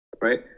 right